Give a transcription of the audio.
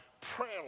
prayer